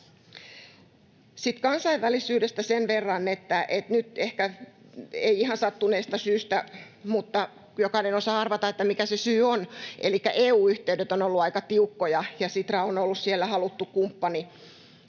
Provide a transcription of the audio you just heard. Sitten kansainvälisyydestä sen verran, että nyt — ehkä ei ihan sattuneesta syystä, ja jokainen osaa arvata, mikä se syy on — EU-yhteydet ovat olleet aika tiukkoja. Sitra on ollut siellä haluttu kumppani,